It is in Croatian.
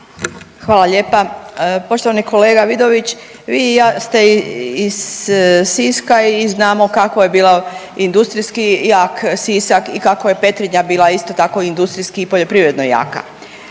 Hvala lijepa. Poštovani kolega Vidović vi i ja ste iz Siska i znamo kako je bio industrijski jak Sisak i kako je Petrinja bila isto tako industrijski i poljoprivredno jaka.